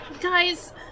Guys